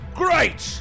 great